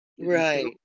right